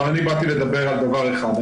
אני באתי לדבר על דבר אחד.